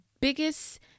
biggest